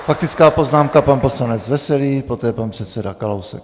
Faktická poznámka pan poslanec Veselý, poté pan předseda Kalousek.